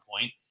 point